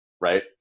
right